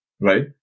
Right